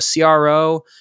CRO